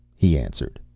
he answered,